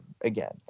again